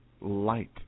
light